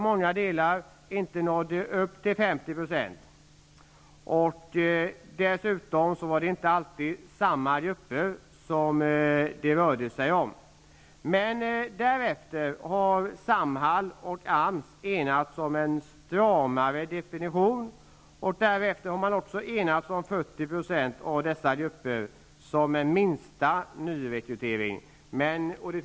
Många delar nådde inte upp till 50 %. Det rörde sig dessutom inte alltid om samma grupper. Därefter har Samhall och AMS enats om en stramare definition och om att minst 40 % av nyrekryteringen skulle komma från dessa grupper.